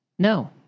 No